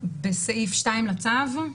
בסעיף 2 לצו?